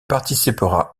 participera